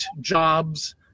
jobs